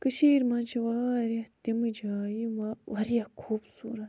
کٔشیٖرِ منٛز چھِ واریاہ تِم جایہِ یِم واریاہ خوٗبصوٗرت چھِ